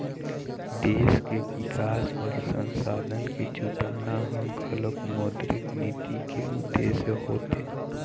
देश के बिकास बर संसाधन के जुटाना ह घलोक मौद्रिक नीति के उद्देश्य होथे